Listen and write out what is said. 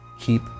keep